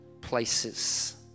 places